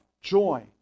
joy